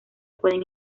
pueden